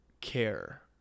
care